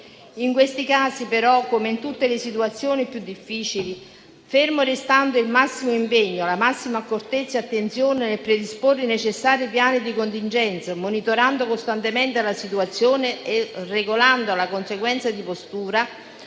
In questi casi, però, come in tutte le situazioni più difficili, fermi restando il massimo impegno e la massima accortezza e attenzione nel predisporre i necessari piani di contingenza, monitorando costantemente la situazione e regolando di conseguenza la postura,